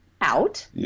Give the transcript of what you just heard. out